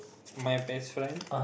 my best friend